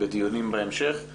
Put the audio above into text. בדיונים בהמשך.